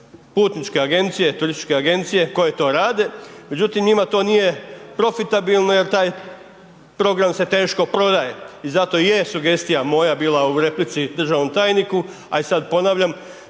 putničke agencije, turističke agencije koje to rade, međutim njima to nije profitabilno jer taj program se teško prodaje. I zato je sugestija moja bila u replici državnom tajniku, a i sad ponavljam